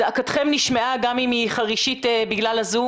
זעקתכם נשמעה גם אם היא חרישית בגלל הזום